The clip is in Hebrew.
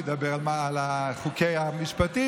שהוא ידבר על חוקי המשפטים.